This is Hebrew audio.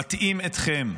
מטעים אתכם,